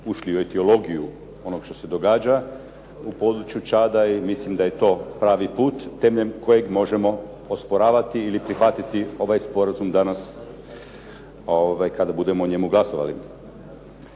ušli u etiologiju onog što se događa u području Čada i mislim da je to pravi put temeljem kojeg moramo osporavati ili prihvatiti ovaj sporazum danas kada budemo o njemu glasovali.